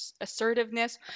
assertiveness